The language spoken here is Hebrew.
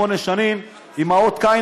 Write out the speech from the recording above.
שמונה שנים עם אות קין,